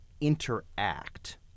interact